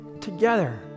together